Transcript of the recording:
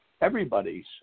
everybody's